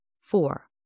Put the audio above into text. four